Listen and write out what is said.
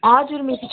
हजुर मिस